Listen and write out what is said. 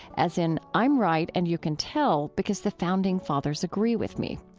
as in i'm right and you can tell, because the founding fathers agree with me.